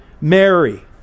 Mary